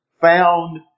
found